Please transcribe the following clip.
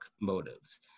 motives